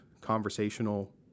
conversational